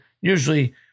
usually